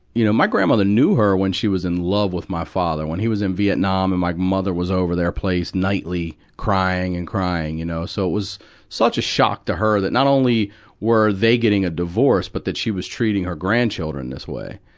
you know, my grandmother knew her when she was in love with my father. when he was in viet nam um and my mother was over their place nightly, crying and crying, you know. so it was such a shock to her that, not only were they getting a divorce, but that she was treating her grandchildren this way.